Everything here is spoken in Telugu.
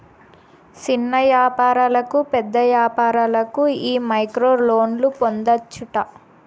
సిన్న యాపారులకు, పేద వ్యాపారులకు ఈ మైక్రోలోన్లు పొందచ్చట